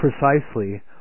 precisely